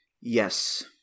Yes